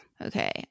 Okay